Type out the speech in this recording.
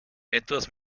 etwas